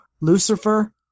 Lucifer